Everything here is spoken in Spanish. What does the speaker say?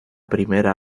primera